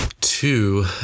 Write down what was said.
Two